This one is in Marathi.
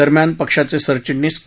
दरम्यान पक्षाचे सरचिटणीस के